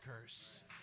curse